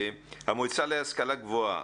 אני רוצה לשמוע את המועצה להשכלה גבוהה.